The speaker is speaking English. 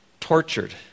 tortured